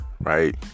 right